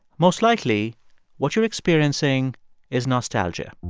most likely what you're experiencing is nostalgia.